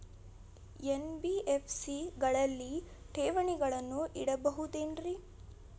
NBFC ಗಳಲ್ಲಿ ಠೇವಣಿಗಳನ್ನು ಇಡಬಹುದೇನ್ರಿ?